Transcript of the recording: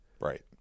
Right